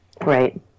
Right